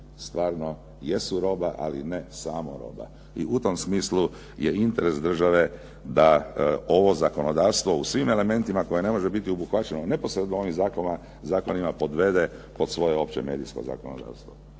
stvarno jesu roba, ali ne samo roba. I u tom smislu je interes države da ovo zakonodavstvo u svim elementima koje ne može biti obuhvaćeno neposredno ovim zakonima, podvede pod svoje opće medijsko zakonodavstvo.